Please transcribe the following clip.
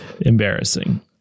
embarrassing